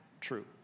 true